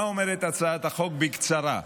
מה אומרת הצעת החוק, בקצרה?